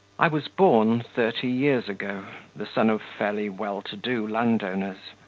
i was born thirty years ago, the son of fairly well-to-do landowners.